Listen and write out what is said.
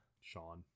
Sean